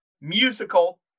musical